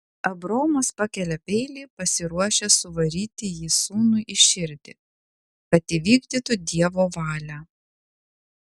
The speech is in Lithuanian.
abraomas pakelia peilį pasiruošęs suvaryti jį sūnui į širdį kad įvykdytų dievo valią